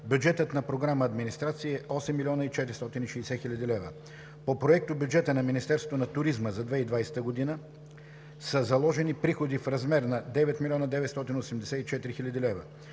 Бюджетът на Програма „Администрация“ е 8 млн. 460 хил. лв. По проектобюджета на Министерството на туризма за 2020 г. са заложени приходи в размер на 9 млн. 984 хил. лв.